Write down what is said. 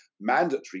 mandatory